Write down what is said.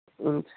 हुन्छ